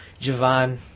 Javon